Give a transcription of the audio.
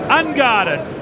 unguarded